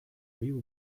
will